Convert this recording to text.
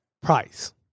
price